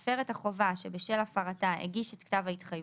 להפר את החובה שבשל הפרתה הגיש את כתב ההתחייבות,